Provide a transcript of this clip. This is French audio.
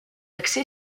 axé